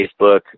Facebook